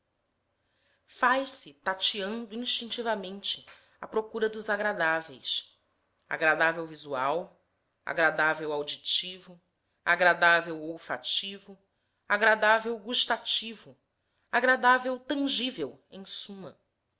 faz-se tateando instintivamente à procura dos agradáveis agradável visual agradável gustativo agradável tangível em suma